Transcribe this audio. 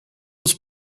was